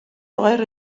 oer